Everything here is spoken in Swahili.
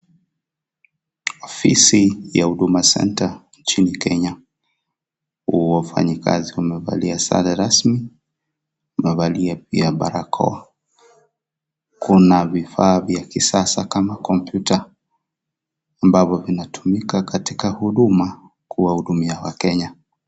Afisi ya Huduma Centre nchini Kenya. Wafanyikazi wamevalia sare rasmi, wamevalia pia barakoa. Kuna vivaa vya kisasa kama kompyuta, ambavyo vinatumika katika huduma kuwahudumia wakenya.